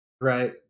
Right